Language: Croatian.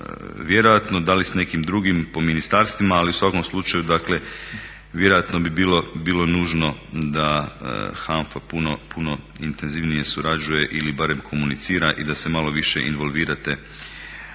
da li s nekim drugim po ministarstvima ali u svakom slučaju dakle vjerojatno bi bilo nužno da HANFA puno intenzivnije surađuje ili barem komunicira i da se malo više involvirate